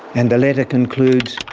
and the letter concludes,